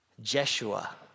Jeshua